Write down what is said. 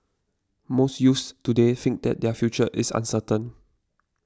most youths today think that their future is uncertain